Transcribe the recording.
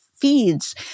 feeds